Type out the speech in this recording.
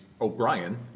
O'Brien